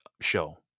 show